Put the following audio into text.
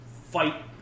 fight